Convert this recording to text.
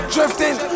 Drifting